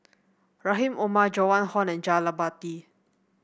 Rahim Omar Joan Hon and Jah Lelawati